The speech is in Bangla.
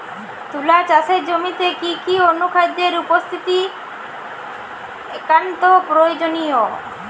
তুলা চাষের জমিতে কি কি অনুখাদ্যের উপস্থিতি একান্ত প্রয়োজনীয়?